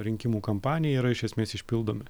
rinkimų kampanijai yra iš esmės išpildomi